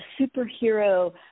superhero